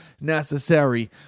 necessary